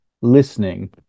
listening